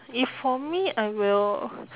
if for me I will